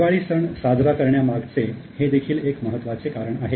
दिवाळी सण साजरा करण्यामागचे हे देखील एक महत्त्वाचे कारण आहे